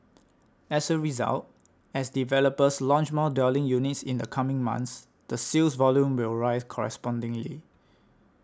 as a result as developers launch more dwelling units in the coming months the sales volume will rise correspondingly